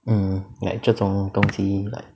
mm like 这种东西 like